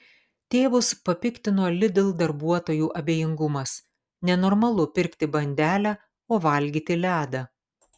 tėvus papiktino lidl darbuotojų abejingumas nenormalu pirkti bandelę o valgyti ledą